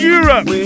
Europe